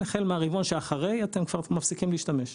החל מהרבעון שאחרי אתם מפסיקים לשלם.